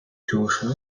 joshua